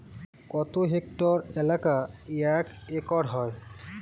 কত হেক্টর এলাকা এক একর হয়?